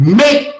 make